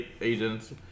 agents